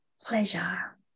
pleasure